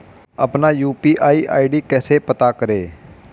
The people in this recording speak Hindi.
अपना यू.पी.आई आई.डी कैसे पता करें?